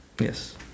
Yes